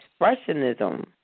Expressionism